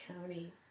County